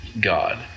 god